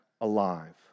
alive